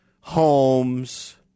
homes